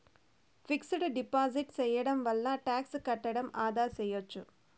fixed deposit సేయడం వల్ల tax కట్టకుండా ఆదా సేయచ్చు